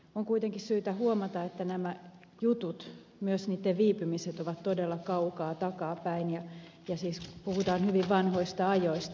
on kuitenkin syytä huomata että nämä jutut myös niitten viipymiset ovat todella kaukaa takaapäin ja siis puhutaan hyvin vanhoista ajoista